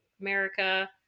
America